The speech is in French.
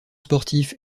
sportifs